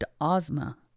Ozma